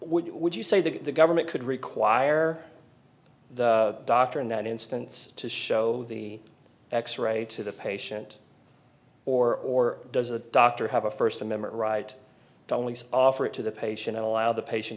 s would you say that the government could require the doctor in that instance to show the x ray to the patient or does the doctor have a first amendment right to only offer it to the patient and allow the patient